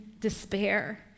despair